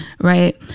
right